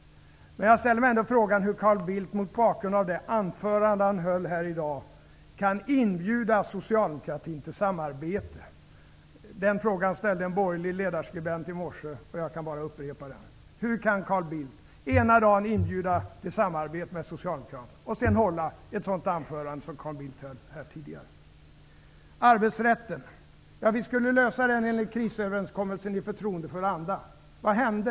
Mot bakgrund av det anförande som Carl Bildt höll här i dag ställer jag mig ändå frågan hur han kan inbjuda Socialdemokraterna till samarbete. Den frågan ställde en borgerlig ledarskribent i morse, och jag kan bara upprepa den: Hur kan Carl Bildt ena dagen inbjuda till samarbete med Socialdemokraterna och sedan hålla ett sådant anförande som han här tidigare höll? Enligt krisöverenskommelsen skulle vi lösa det här med arbetsrätten i förtroendefull anda. Vad hände?